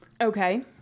Okay